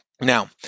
Now